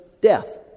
death